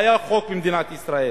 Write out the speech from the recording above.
והיה חוק במדינת ישראל.